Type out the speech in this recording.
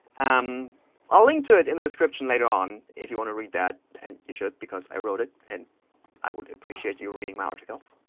um i'll link to it in the description later on, if you want to read that. and you should, because i wrote it. and i would appreciate you reading my articles.